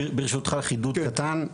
ברשותך חידוד קטן,